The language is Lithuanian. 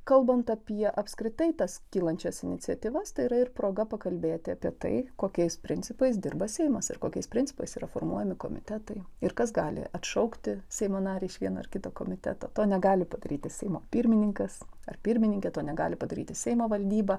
kalbant apie apskritai tas kylančias iniciatyvas tai yra ir proga pakalbėti apie tai kokiais principais dirba seimas ir kokiais principais yra formuojami komitetai ir kas gali atšaukti seimo narį iš vieno ar kito komiteto to negali padaryti seimo pirmininkas ar pirmininkė to negali padaryti seimo valdyba